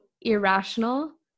Irrational